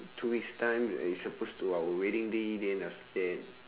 two weeks time and it's supposed to our wedding day then after that